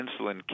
insulin